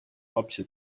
lapse